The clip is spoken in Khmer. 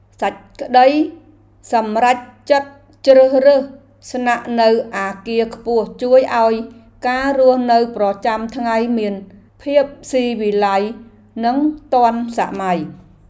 សេចក្តីសម្រេចចិត្តជ្រើសរើសស្នាក់នៅអគារខ្ពស់ជួយឱ្យការរស់នៅប្រចាំថ្ងៃមានភាពស៊ីវិល័យនិងទាន់សម័យ។